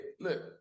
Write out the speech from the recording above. Look